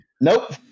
Nope